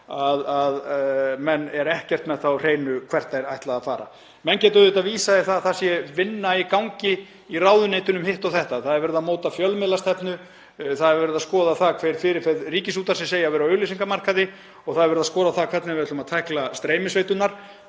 að menn eru ekkert með það á hreinu hvert þeir ætla að fara. Menn geta auðvitað vísað í að það sé vinna í gangi í ráðuneytinu um hitt og þetta; það sé verið að móta fjölmiðlastefnu, það sé verið að skoða hver fyrirferð Ríkisútvarpsins eigi að vera á auglýsingamarkaði og það sé verið að skoða hvernig við ætlum að tækla streymisveitur.